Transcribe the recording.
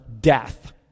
death